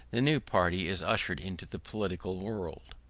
the new party is ushered into the political world.